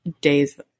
days